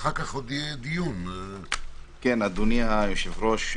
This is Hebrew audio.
אדוני היושב-ראש,